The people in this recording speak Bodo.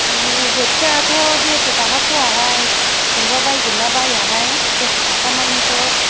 आयौ बोथियाथ' देरस' थाखा पवाहाय नोंबा बायगोन ना बायाहाय देरस' थाखा मानिखौ